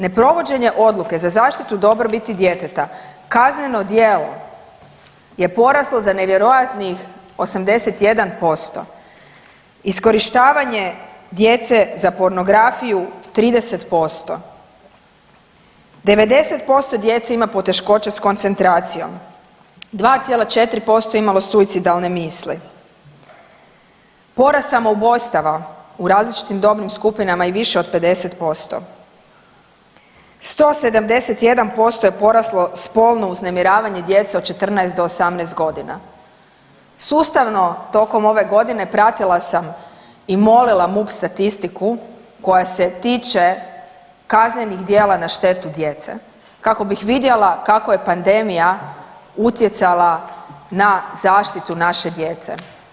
Neprovođenje odluke za zaštitu dobrobiti djeteta kazneno djelo je poraslo za nevjerojatnih 81%, iskorištavanje djece za pornografiju 30% 90% djece ima poteškoće s koncentracijom, 2,4% je imalo suicidalne misli, porast samoubojstava u različitim dobnim skupinama je više od 50%, 171% je poraslo spolno uznemiravanje djece od 14 do 18 godina, sustavno tokom ove godine pratila sam i molila MUP statistiku koja se tiče kaznenih djela na štetu djecu kako bih vidjela kako je pandemija utjecala na zaštitu naše djece.